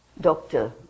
doctor